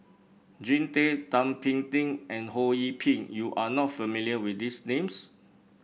Jean Tay Thum Ping Tjin and Ho Yee Ping you are not familiar with these names